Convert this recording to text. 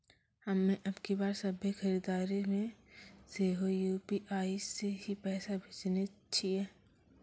हम्मे अबकी बार सभ्भे खरीदारी मे सेहो यू.पी.आई से ही पैसा भेजने छियै